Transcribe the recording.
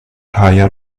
thaya